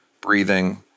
breathing